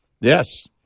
Yes